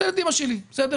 אני אתן אותה כדוגמה עבדה,